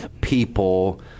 people